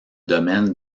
domaine